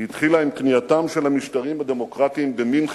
היא התחילה עם כניעתם של המשטרים הדמוקרטיים במינכן,